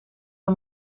een